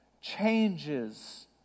changes